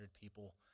people